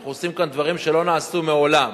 אנחנו עושים כאן דברים שלא נעשו מעולם.